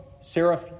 Sarah